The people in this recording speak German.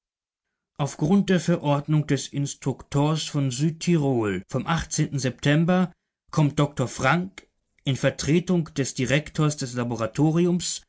auf grund der verordnung des instruktors von südtirol vom september kommt dr frank in vertretung des direktors des laboratoriums